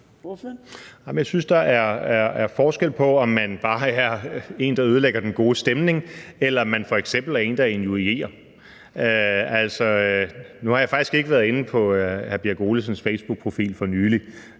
jeg synes, der er forskel på, om man bare er en, der ødelægger den gode stemning, eller om man f.eks. er en, der injurierer. Nu har jeg faktisk ikke været inde på hr. Ole Birk Olesens facebookprofil for nylig,